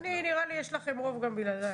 נראה לי, יש לכם רוב גם בלעדיי.